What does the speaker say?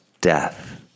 death